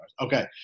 Okay